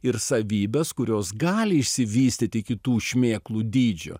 ir savybes kurios gali išsivystyti iki tų šmėklų dydžio